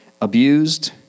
abused